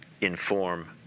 inform